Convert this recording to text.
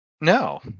No